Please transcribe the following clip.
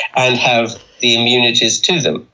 and have the immunities to them,